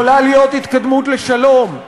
יכולה להיות התקדמות לשלום.